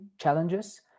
challenges